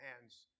hands